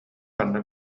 ханна